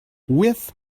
with